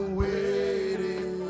waiting